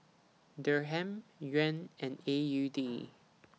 Dirham Yuan and A U D